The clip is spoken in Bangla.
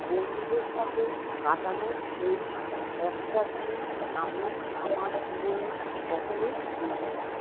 বন্ধুদের সাথে কাটানোর এই একটা দিন আমি আমার জীবনে কখনোই ভুলবো না